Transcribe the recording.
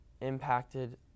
impacted